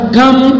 come